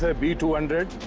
ah b two hundred,